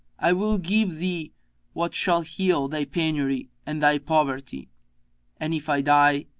i will give thee what shall heal thy penury and thy poverty and if i die,